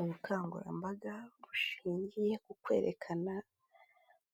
Ubukangurambaga bushingiye ku kwerekana